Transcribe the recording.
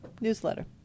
Newsletter